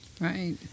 Right